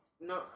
no